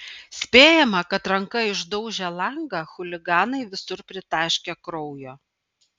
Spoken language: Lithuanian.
spėjama kad ranka išdaužę langą chuliganai visur pritaškė kraujo